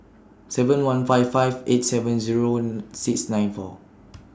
seven one five five eight seven Zero and six nine four